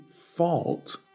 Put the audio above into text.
fault